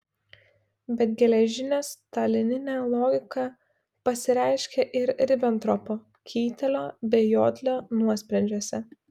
bet geležinė stalininė logika pasireiškė ir ribentropo keitelio bei jodlio nuosprendžiuose